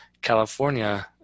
California